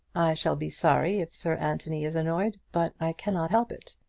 shall be sorry if sir anthony is annoyed but i cannot help it.